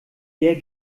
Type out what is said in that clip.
der